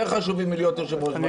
חשובים מלהיות יושב-ראש ועדת ביקורת.